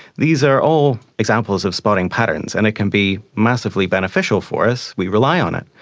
these are all examples of spotting patterns, and it can be massively beneficial for us, we rely on it.